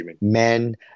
men